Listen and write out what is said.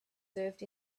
served